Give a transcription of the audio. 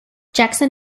jackson